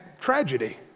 tragedy